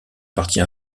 partie